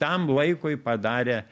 tam laikui padarė